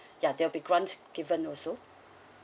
ya there'll be grant given also